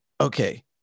okay